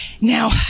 Now